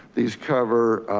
these cover